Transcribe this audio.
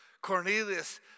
Cornelius